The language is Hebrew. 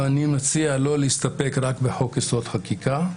ואני מציע לא להסתפק רק בחוק יסוד: החקיקה,